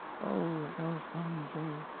oh, elfonzo!